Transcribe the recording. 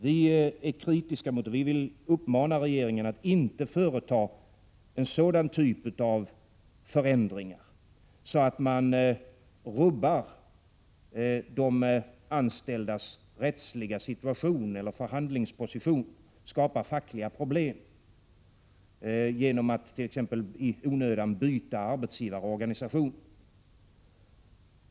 Vi vill uppmana regeringen att inte företa en sådan typ av förändringar som gör att man rubbar de anställdas rättsliga situation eller förhandlingsposition eller skapar fackliga problem —t.ex. genom att i onödan byta arbetsgivarorganisation.